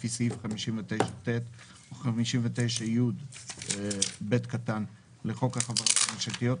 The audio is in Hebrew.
לפי סעיף 59ט או 59י(ב) לחוק החברות הממשלתיות,